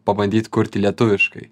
pabandyt kurti lietuviškai